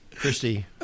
Christy